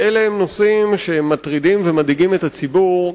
אלה הם נושאים שמטרידים ומדאיגים את הציבור.